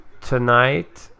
tonight